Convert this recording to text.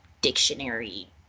dictionary